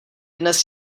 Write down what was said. dnes